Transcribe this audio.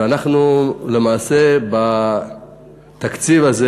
ואנחנו למעשה בתקציב הזה